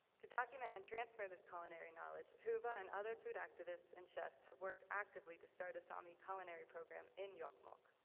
to document and transfer this culinary knowledge, huuva and other food activists and chefs have worked actively to start a sami culinary program in jokkmokk.